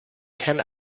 can